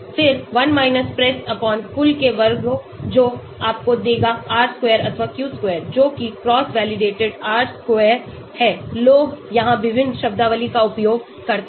फिर 1 PRESS कुल के वर्गों जो आपको देगा R square अथवा Q square जो कि क्रॉस वैलिडेटेड R square है लोग यहां विभिन्न शब्दावली का उपयोग करते हैं